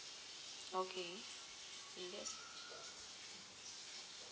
okay okay that's